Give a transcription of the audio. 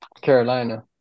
Carolina